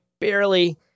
barely